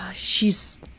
ah she's